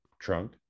trunk